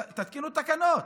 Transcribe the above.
תתקינו תקנות.